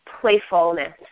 playfulness